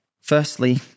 firstly